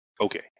Okay